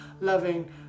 loving